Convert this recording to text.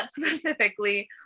specifically